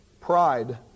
pride